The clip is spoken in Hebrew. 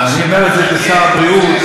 אני אומר את זה כשר הבריאות,